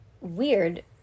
weird